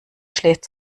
schläft